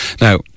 Now